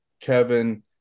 Kevin